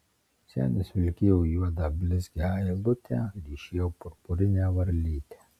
senis vilkėjo juodą blizgią eilutę ryšėjo purpurinę varlytę